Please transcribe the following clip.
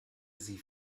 sie